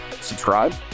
Subscribe